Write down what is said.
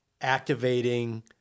activating